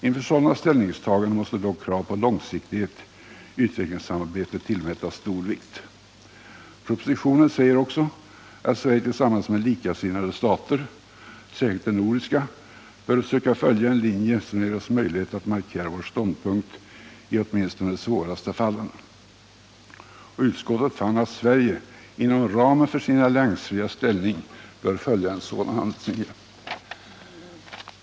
Inför sådana ställningstaganden måste dock kravet på långsiktighet i utvecklingssamarbetet tillmätas stor vikt.” I propositionen sägs också att Sverige tillsammans med likasinnade stater, särskilt de nordiska, bör söka följa en linje som ger oss möjligheter att markera vår ståndpunkt i åtminstone de svåraste fallen. Och utskottet fann att Sverige inom ramen för sin alliansfria ställning bör följa en sådan handlingslinje.